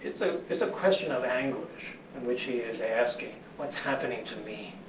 it's so it's a question of anguish, in which he is asking, what's happening to me?